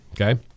Okay